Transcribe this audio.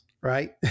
right